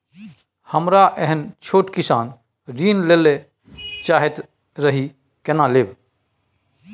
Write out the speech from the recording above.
हमरा एहन छोट किसान ऋण लैले चाहैत रहि केना लेब?